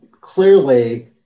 Clearly